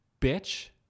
bitch